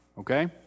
okay